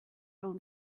own